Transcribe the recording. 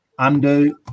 undo